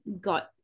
got